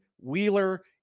Wheeler